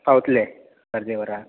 पावतले अर्दें वरान